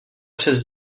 přes